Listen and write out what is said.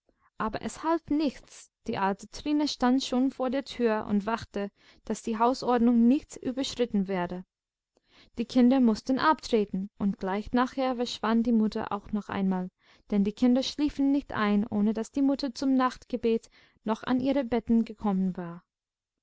aber es half nichts die alte trine stand schon vor der tür und wachte daß die hausordnung nicht überschritten werde die kinder mußten abtreten und gleich nachher verschwand die mutter auch noch einmal denn die kinder schliefen nicht ein ohne daß die mutter zum nachtgebet noch an ihre betten gekommen war